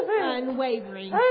unwavering